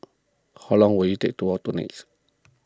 how long will it take to walk to Nex